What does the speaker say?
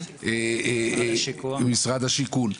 משרד השיכון,